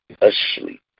asleep